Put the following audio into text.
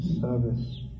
service